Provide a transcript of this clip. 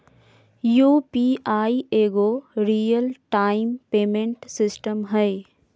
UPI एगो real time payment system हइ